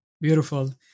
Beautiful